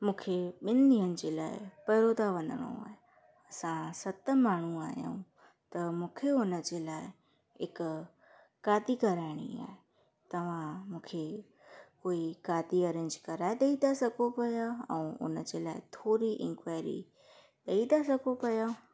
मूंखे ॿिनि ॾींहनि जे लाइ बड़ौदा वञिणो आहे असां सत माण्हू आहियूं त मूंखे उन जे लाइ हिकु गाॾी कराइणी आहे तव्हां मूंखे कोई गाॾी अरेंज कराए ॾेई था सघो पिया ऐं उन जे लाइ थोरी इंक़्वाएरी ॾेई था सघो पिया